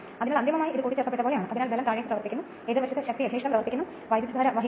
അതിനാൽ ലാമിനേഷന്റെ ആന്തരിക ചുറ്റളവിൽ നിന്ന് തുല്യ അകലത്തിലുള്ള നിരവധി ചീട്ടുകൾ സ്റ്റേറ്റർ വിൻഡിംഗിന് ഇടം നൽകുന്നു